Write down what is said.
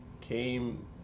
came